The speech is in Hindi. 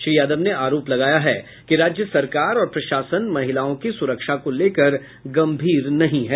श्री यादव ने आरोप लगाया है कि राज्य सरकार और प्रशासन महिलाओं की सुरक्षा को लेकर गंभीर नहीं है